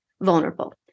vulnerable